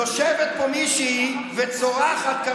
יושבת פה מישהי וצורחת,